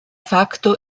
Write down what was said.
facto